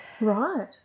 right